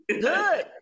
good